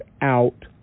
out